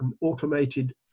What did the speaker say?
automated